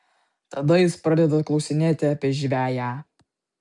tada jis pradeda klausinėti apie žveję